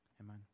Amen